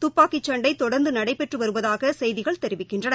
துப்பாக்கிசண்டைதொடர்ந்துநடைபெற்றுவருவதாகசெய்திகள் தெரிவிக்கின்றன